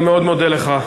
אני מאוד מודה לך,